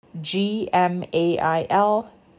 G-M-A-I-L